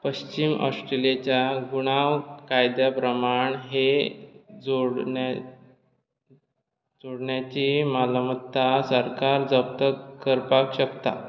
पश्चीम ऑस्ट्रेलियेच्या गुणांव कायद्या प्रमाण हे जोडण्या जोडण्याची मालमत्ता सरकार जप्त करपाक शकता